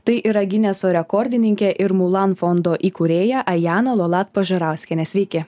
tai yra gineso rekordininkė ir mulan fondo įkūrėja ajana lolat pažarauskienė sveiki